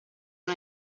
non